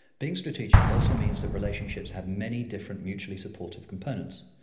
being strategic also means that relationships have many different mutually supportive components.